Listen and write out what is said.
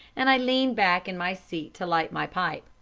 and i leaned back in my seat to light my pipe.